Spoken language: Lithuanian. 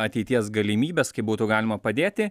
ateities galimybes kaip būtų galima padėti